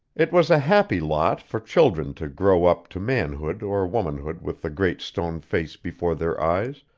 it was a happy lot for children to grow up to manhood or womanhood with the great stone face before their eyes,